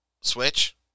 Switch